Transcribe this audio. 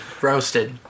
Roasted